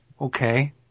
Okay